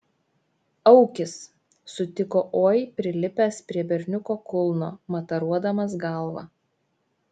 aukis sutiko oi prilipęs prie berniuko kulno mataruodamas galva